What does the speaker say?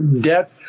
debt